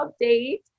update